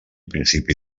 principi